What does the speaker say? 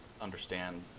understand